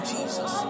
Jesus